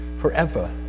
forever